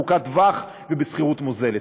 לבנות דירות לשכירות ארוכת טווח ולשכירות מוזלת.